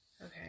Okay